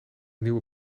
nieuwe